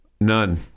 none